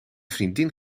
vriendin